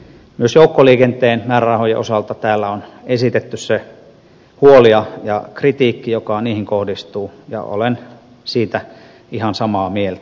myös joukkoliikenteen määrärahojen osalta täällä on esitetty se huoli ja kritiikki joka niihin kohdistuu ja olen siitä ihan samaa mieltä